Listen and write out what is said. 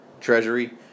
treasury